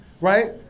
right